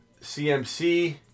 CMC